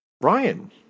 Ryan